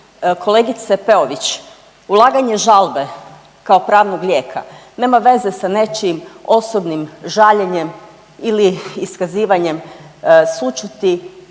Kolegice Peović, ulaganje žalbe kao pravnog lijeka nema veze sa nečijim osobnim žaljenjem ili iskazivanje sućuti.